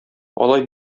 алай